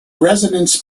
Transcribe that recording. resonance